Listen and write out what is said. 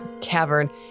cavern